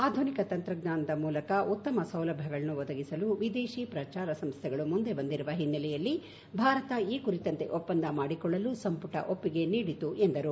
ಆಧುನಿಕ ತಂತ್ರಜ್ಞಾನ ಮೂಲಕ ಉತ್ತಮ ಸೌಲಭ್ಯಗಳನ್ನು ಒದಗಿಸಲು ವಿದೇಶಿ ಪ್ರಸಾರ ಸಂಸ್ಥೆಗಳು ಮುಂದೆ ಬಂದಿರುವ ಹಿನ್ನೆಲೆಯಲ್ಲಿ ಭಾರತ ಈ ಕುರಿತಂತೆ ಒಪ್ಸಂದ ಮಾಡಿಕೊಳ್ಳಲು ಸಂಪುಟ ಒಪ್ಸಿಗೆ ನೀಡಿತು ಎಂದರು